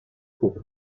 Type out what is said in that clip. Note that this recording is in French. pour